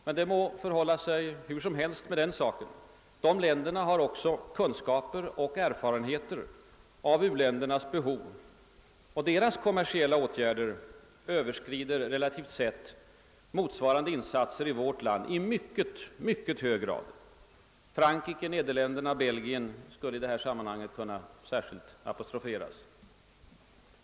Men därmed må förhålla sig hur som helst — dessa länder har också kunskaper och erfarenheter av u-ländernas behov, och deras kommersiella åtgärder överskrider relativt sett motsvarande insatser i vårt land i mycket, mycket hög grad. Frankrike, Nederländerna och Belgien skulle i detta sammanhang särskilt kunna apostroferas.